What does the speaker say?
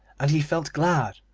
and he felt glad,